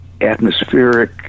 atmospheric